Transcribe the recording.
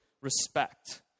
respect